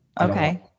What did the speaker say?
Okay